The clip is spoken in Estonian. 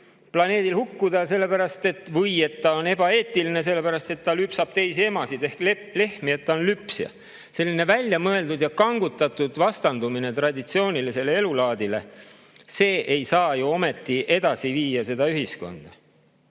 planeedil hukkuda või ta on ebaeetiline, sellepärast et ta lüpsab teisi emasid ehk lehmi, ta on lüpsja. Selline väljamõeldud ja kangutatud vastandumine traditsioonilisele elulaadile ei saa ju ometi edasi viia seda ühiskonda!